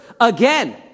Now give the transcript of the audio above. again